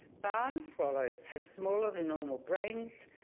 barn swallows have smaller than normal brains,